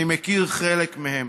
אני מכיר חלק מהם,